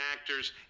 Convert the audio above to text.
actors